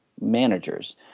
managers